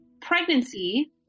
pregnancy